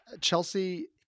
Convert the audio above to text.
Chelsea